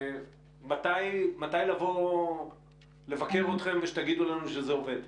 מתי לבוא לבקר אתכם ושתגידו לנו שזה עובד?